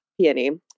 Peony